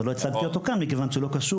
אבל לא הצגתי אותו כאן מכיוון שהוא לא קשור,